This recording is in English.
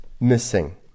missing